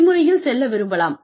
விடுமுறையில் செல்ல விரும்பலாம்